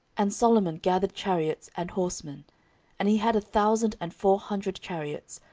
and solomon gathered chariots and horsemen and he had a thousand and four hundred chariots,